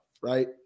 right